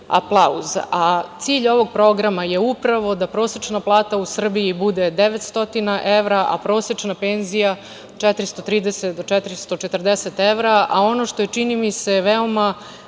a cilj ovog programa je upravo da prosečna plata u Srbiji bude 900 evra, a prosečna penzija 430-440 evra, a ono što je čini mi se veoma